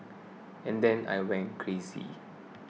and then I went crazy